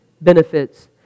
benefits